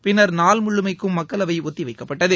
பின்னர் நாள் முழுமைக்கும் மக்களவை ஒத்தி வைக்கப்பட்டது